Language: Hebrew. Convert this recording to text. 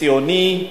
ציוני,